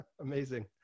amazing